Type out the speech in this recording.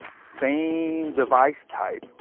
same device type,